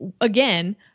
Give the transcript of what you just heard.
again